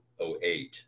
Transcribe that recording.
08